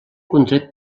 contret